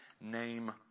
name